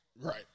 right